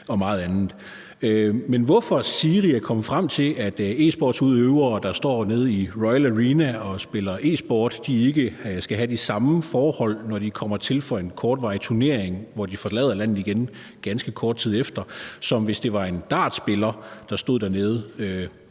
og meget andet. Men hvorfor SIRI er kommet frem til, at e-sportsudøvere, der står nede i Royal Arena og spiller e-sport, ikke skal have de samme forhold, når de kommer hertil for en kortvarig turnering og de forlader landet igen ganske kort tid efter, som hvis det var en dartspiller, der stod dernede,